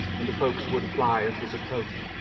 and the folks would fly at his approach,